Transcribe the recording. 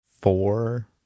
four